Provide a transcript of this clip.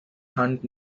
hunt